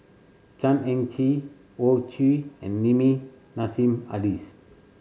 Chan Heng Chee Hoey Choo and Nassim Adis